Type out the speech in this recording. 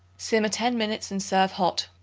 simmer ten minutes and serve hot.